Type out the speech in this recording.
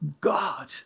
God